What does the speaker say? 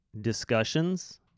discussions